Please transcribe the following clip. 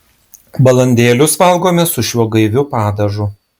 balandėlius valgome su šiuo gaiviu padažu